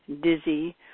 dizzy